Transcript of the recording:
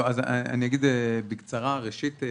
אני אגיד בקצרה ראשית,